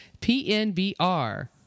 PNBR